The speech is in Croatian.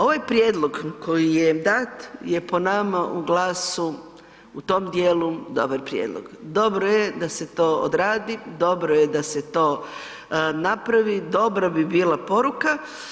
Ovaj prijedlog koji je dat je po nama u GLAS-u u tom dijelu dobar prijedlog, dobro je da se to odradi, dobro je da se to napravi, dobra bi bila poruka.